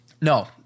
No